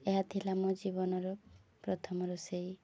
ଏହା ଥିଲା ମୋ ଜୀବନର ପ୍ରଥମ ରୋଷେଇ